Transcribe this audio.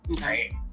right